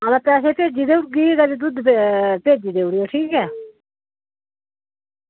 आं पैसे भेजी देई ओड़गी ते दुद्ध भेजी देई ओड़ेओ ठीक ऐ